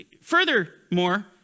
Furthermore